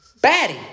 Batty